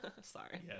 Sorry